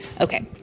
Okay